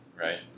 right